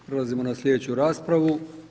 Prelazimo na slijedeću raspravu.